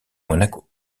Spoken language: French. monaco